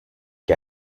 que